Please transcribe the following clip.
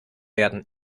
werden